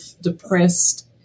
depressed